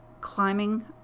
climbing